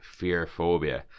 Fearphobia